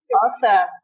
Awesome